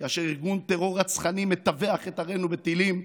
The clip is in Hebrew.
כאשר ארגון טרור רצחני מטווח את ערינו בטילים.